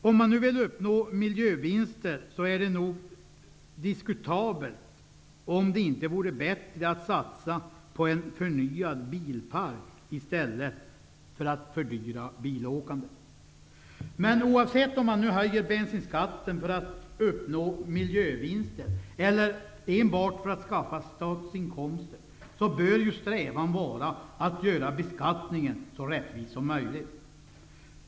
Om man nu vill uppnå miljövinster, borde man diskutera om det inte vore bättre att satsa på en förnyad bilpark i stället för att fördyra bilåkandet. Oavsett om man höjer bensinskatten för att uppnå miljövinster eller enbart för att skaffa statsinkomster, bör ju strävan vara att göra beskattningen så rättvis som möjligt.